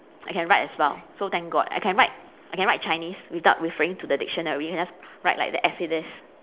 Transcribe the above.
I can write as well so thank god I can write I can write chinese without referring to the dictionary just write like that as it is